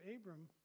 Abram